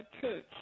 church